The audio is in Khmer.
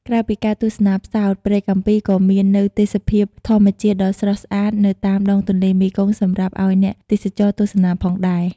ក្រៅពីការទស្សនាផ្សោត ព្រែកកាំពីក៏មាននូវទេសភាពធម្មជាតិដ៏ស្រស់ស្អាតនៅតាមដងទន្លេមេគង្គសម្រាប់អោយអ្នកទេសចរណ៍ទស្សនាផងដែរ ។